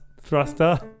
thruster